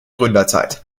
gründerzeit